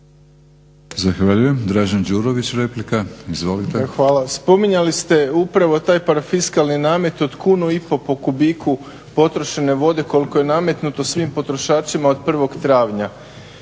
Zahvaljujem. Dražen Đurović replika, izvolite. **Đurović, Dražen (HDSSB)** Hvala. Spominjali ste upravo taj parafiskalni namet od kunu i pol po kubiku potrošene vode koliko je nametnuto svim potrošačima od 1. travnja.